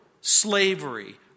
Slavery